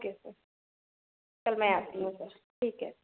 okay sir कल मैं आती हूँ सर ठीक है